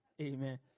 Amen